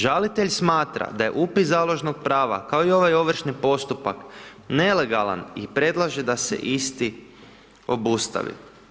Žalitelj smatra da je upis založnog prava, kao i ovaj ovršni postupak, nelegalan i predlaže da se isti obustavi.